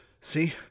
See